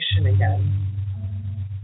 again